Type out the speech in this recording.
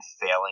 failing